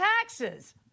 taxes